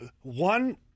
one